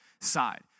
side